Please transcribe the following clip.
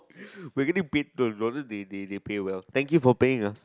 we are getting paid in order they they pay well thank you for paying ah